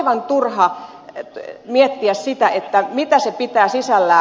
on aivan turha miettiä mitä se pitää sisällään